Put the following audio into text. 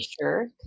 sure